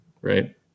right